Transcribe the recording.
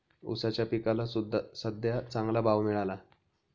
ऊसाच्या पिकाला सद्ध्या चांगला भाव मिळाला